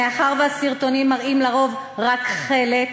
מאחר שהסרטונים מראים לרוב רק חלק,